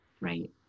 Right